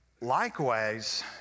Likewise